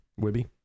Whibby